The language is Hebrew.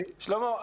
שלמה,